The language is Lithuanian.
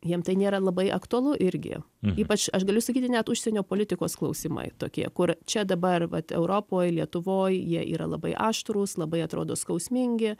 jiem tai nėra labai aktualu irgi ypač aš galiu sakyti net užsienio politikos klausimai tokie kur čia dabar vat europoj lietuvoj jie yra labai aštrūs labai atrodo skausmingi